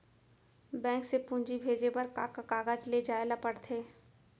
Bank से पूंजी भेजे बर का का कागज ले जाये ल पड़थे?